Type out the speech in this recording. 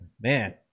man